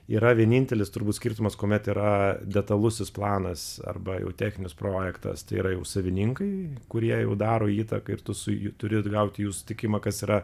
yra vienintelis turbūt skirtumas kuomet yra detalusis planas arba jau techninis projektas tai yra jau savininkai kurie jau daro įtaką ir tu su turi gauti jų sutikimą kas yra